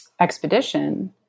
expedition